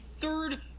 third